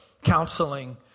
counseling